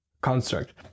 Construct